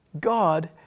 God